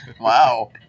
Wow